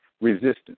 resistance